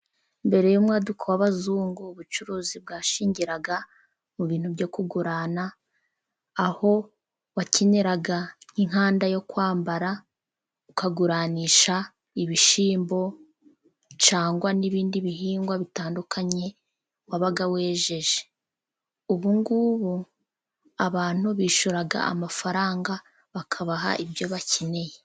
Mbere y'umwaduko w'abazungu, ubucuruzi bwashingiraga mu bintu byo kugurana, aho wakeneraga nk'inkanda yo kwambara ukaguranisha ibishimbo cyangwa n'ibindi bihingwa bitandukanye wabaga wejeje. Ubungubu abantu bishyura amafaranga bakabaha ibyo bakeneye.